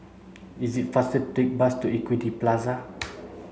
it's faster take the bus to Equity Plaza